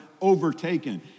overtaken